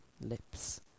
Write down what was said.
lips